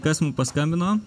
kas mum paskambino